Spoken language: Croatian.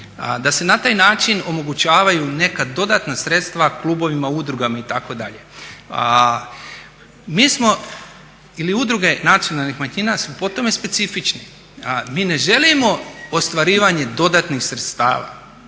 Da se na taj način omogućavaju neka dodatna sredstva klubovima, udrugama itd. Mi smo, ili udruge nacionalnih manjina, su po tome specifične. Mi ne želimo ostvarivanje dodatnih sredstava,